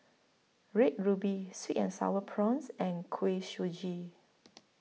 Red Ruby Sweet and Sour Prawns and Kuih Suji